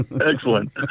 Excellent